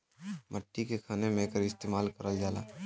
मट्टी के खने में एकर इस्तेमाल करल जाला